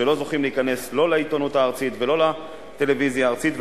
שלא זוכים להיכנס לא לעיתונות הארצית ולא לטלוויזיה הארצית,